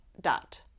dot